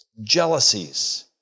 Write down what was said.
Jealousies